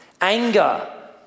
anger